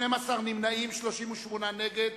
8, 12 נמנעים, 38 נגד.